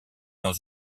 dans